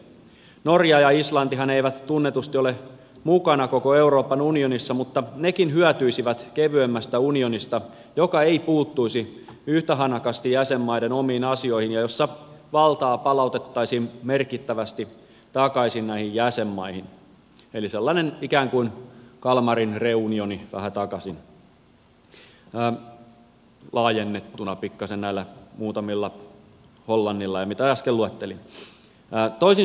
norja ja islantihan eivät tunnetusti ole mukana koko euroopan unionissa mutta nekin hyötyisivät kevyemmästä unionista joka ei puuttuisi yhtä hanakasti jäsenmaiden omiin asioihin ja jossa valtaa palautettaisiin merkittävästi takaisin näihin jäsenmaihin eli sellainen ikään kuin kalmarin reunioni vähän takaisin laajennettuna pikkasen näillä muutamilla hollannilla ja mitä äsken luettelin